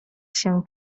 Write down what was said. się